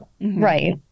Right